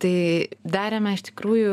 tai darėme iš tikrųjų